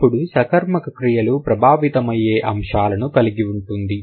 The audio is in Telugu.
అప్పుడు సకర్మక క్రియలు ప్రభావితమయ్యే అంశాలను కలిగి ఉంటుంది